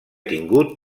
tingut